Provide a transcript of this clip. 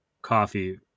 coffee